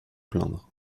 plaindre